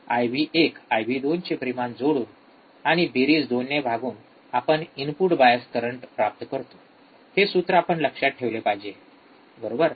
IB १ IB २चे परिमान जोडून आणि बेरीज २ ने भागून आपण इनपुट बायस करंट प्राप्त करतो हे सूत्र आपण लक्षात ठेवले पाहिजे बरोबर